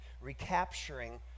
recapturing